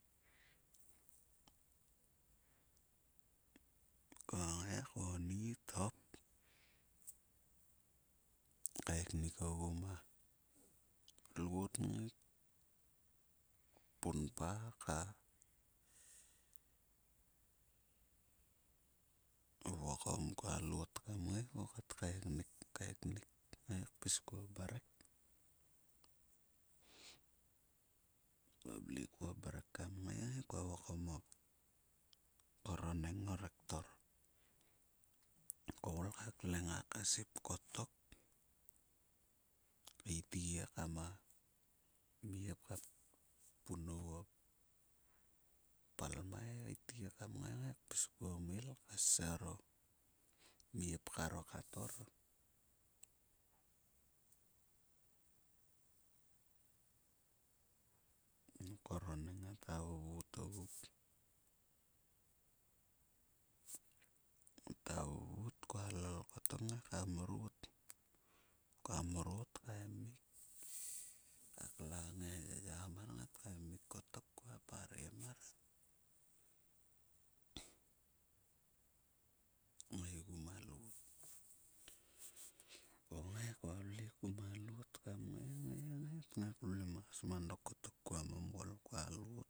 Kua ngai konnit hop kaeknik ogu ma loot kngai kpunpa ka vokong kua loot. Vokong kua loot kngai kukat kaeknik. Kaeknik kpis kuo mrek vavle kuo mrek kam ngai. Kua ngai kua vokong o korroneng ngor rekto. Koul ka kleng a kasip kottok kaetgi ekam a mep ka pun onguo palmai keitqi ngai pis kuon kasser a mep karo khator o koroneng ngata vuvut ogu. Ngata vuvut kua lol kottok kua lol ngai ka mrot. Kua mrot kaemki ka klang e yaya mar ngat kaemik kua parem mar ngaigu ma loot kua ngai kvavle ku ma loot kngai ngai ta vlemas ma dok kottok kua momgol kua loot.